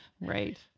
Right